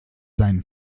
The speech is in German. seinen